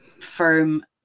firm